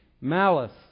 malice